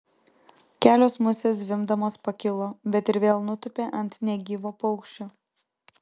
kelios musės zvimbdamos pakilo bet ir vėl nutūpė ant negyvo paukščio